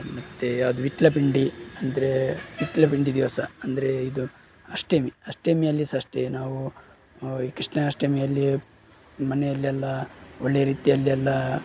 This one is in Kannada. ಮತ್ತೆ ಯಾವ್ದು ವಿಟ್ಲ ಪಿಂಡಿ ಅಂದರೆ ವಿಟ್ಲ ಪಿಂಡಿ ದಿವಸ ಅಂದರೆ ಇದು ಅಷ್ಟಮಿ ಅಷ್ಟಮಿ ಅಲ್ಲಿ ಸಹ ಅಷ್ಟೇ ನಾವು ಕೃಷ್ಣಾಷ್ಟಮಿಯಲ್ಲಿ ಮನೆಯಲ್ಲೆಲ್ಲ ಒಳ್ಳೆಯ ರೀತಿಯಲ್ಲೆಲ್ಲ